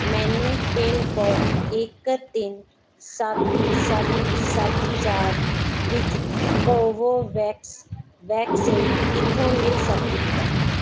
ਮੈਨੂੰ ਪਿੰਨਕੋਡ ਇੱਕ ਤਿੰਨ ਸੱਤ ਸੱਤ ਸੱਤ ਚਾਰ ਵਿੱਚ ਕੋਵੋਵੈਕਸ ਵੈਕਸੀਨ ਕਿੱਥੋਂ ਮਿਲ ਸਕਦੀ ਹੈ